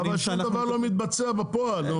--- אבל שום דבר לא מתבצע בפועל.